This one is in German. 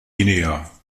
guinea